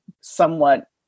somewhat